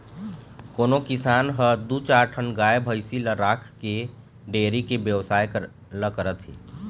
कोनो किसान ह दू चार ठन गाय भइसी ल राखके डेयरी के बेवसाय ल करथे